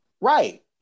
Right